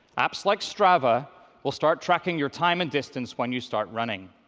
apps like strava will start tracking your time and distance when you start running.